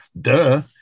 Duh